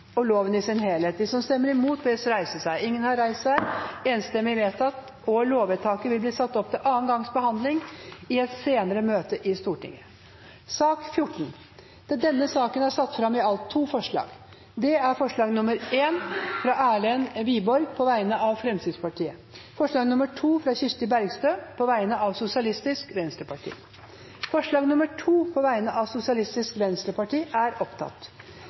og loven i sin helhet. Lovvedtaket vil bli satt opp til andre gangs behandling i et senere møte i Stortinget. Under debatten er det satt fram to forslag. Det er forslag nr. 1, fra Erlend Wiborg på vegne av Fremskrittspartiet forslag nr. 2, fra Kirsti Bergstø på vegne av Sosialistisk Venstreparti Det voteres over forslag nr. 2, fra Sosialistisk Venstreparti.